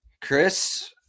Chris